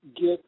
get